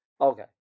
Okay